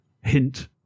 hint